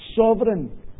sovereign